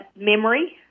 memory